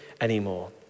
anymore